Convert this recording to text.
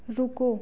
रुको